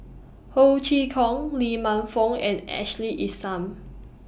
Ho Chee Kong Lee Man Fong and Ashley Isham